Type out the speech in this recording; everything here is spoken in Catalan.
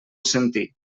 sentir